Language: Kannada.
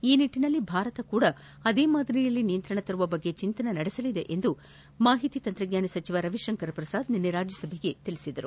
ಆ ನಿಟ್ಟನಲ್ಲಿ ಭಾರತವೂ ಸಹ ಅದೇ ಮಾದರಿಯಲ್ಲಿ ನಿಯಂತ್ರಣ ತರುವ ಬಗ್ಗೆ ಚಿಂತನೆ ನಡೆಸಲಿದೆ ಎಂದು ಮಾಹಿತಿ ತಂತ್ರಜ್ಞಾನ ಸಚಿವ ರವಿಶಂಕರ್ ಪ್ರಸಾದ್ ನಿನ್ನೆ ರಾಜ್ಯಸಭೆಯಲ್ಲಿ ತಿಳಿಸಿದ್ದಾರೆ